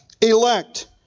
Elect